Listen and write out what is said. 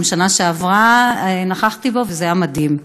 גם בשנה שעברה נכחתי בו, וזה היה מדהים.